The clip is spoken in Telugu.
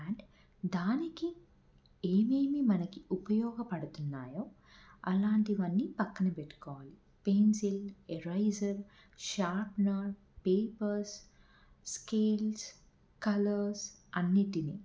అండ్ దానికి ఏమేమి మనకి ఉపయోగపడుతున్నాయో అలాంటివన్నీ పక్కన పెట్టుకోవాలి pencil eraser sharpener papers scales colours అన్నింటిని